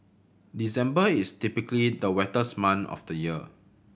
December is typically the wettest month of the year